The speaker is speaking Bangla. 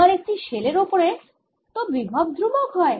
এবার একটি শেল এর ওপরে তো বিভব ধ্রুবক হয়